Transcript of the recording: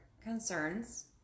concerns